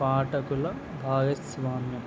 పాఠకుల భాగస్వామ్యం